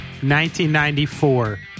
1994